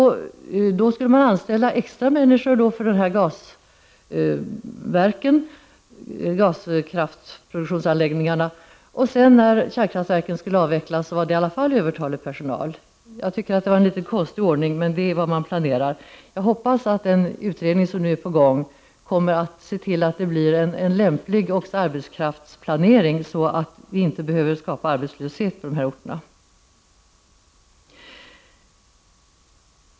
Man skulle då anställa extra personal för dessa produktionsanläggningar för gaskraft. När sedan beslut kom om att kärnkraftverken skulle avvecklas sade man att det i alla fall kommer att bli övertalig personal. Jag tycker att detta är en något konstig ordning, men det är vad man planerar. Jag hoppas att den utredning som nu är på gång kommer att se till att det blir en lämplig arbetskraftsplanering, så att vi inte behöver skapa arbetslöshet på dessa orter.